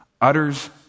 utters